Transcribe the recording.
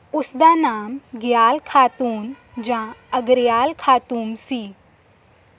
ਉਸ ਦਾ ਨਾਮ ਗਿਆਲ ਖਾਤੂਨ ਜਾਂ ਅਰਗਿਆਲ ਖਾਤੂਨ ਸੀ